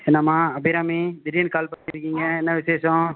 என்னம்மா அபிராமி திடீர்னு கால் பண்ணியிருக்கிங்க என்ன விசேஷம்